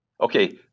okay